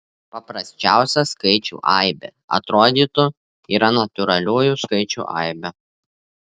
paprasčiausia skaičių aibė atrodytų yra natūraliųjų skaičių aibė